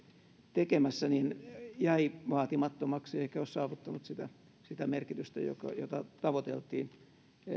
tekemässä jäi vaatimattomaksi eikä ole saavuttanut sitä sitä merkitystä jota jota tavoiteltiin